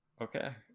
Okay